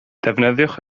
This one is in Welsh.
defnyddiwch